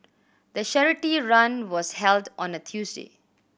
the charity run was held on a Tuesday